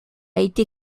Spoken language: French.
été